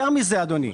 יותר מכך, אדוני: